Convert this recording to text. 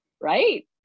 right